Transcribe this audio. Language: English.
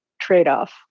trade-off